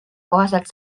kohaselt